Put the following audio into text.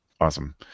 Awesome